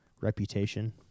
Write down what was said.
Reputation